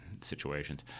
situations